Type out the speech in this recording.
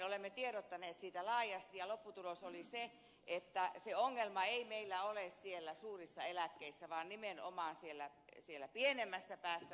olemme tiedottaneet siitä laajasti ja lopputulos oli se että ongelma ei meillä ole suurissa eläkkeissä vaan nimenomaan siellä pienemmässä päässä